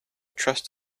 trust